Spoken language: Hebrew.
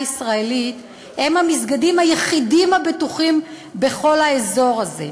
ישראלית הם המסגדים היחידים הבטוחים בכל האזור הזה.